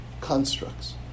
constructs